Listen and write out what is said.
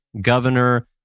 governor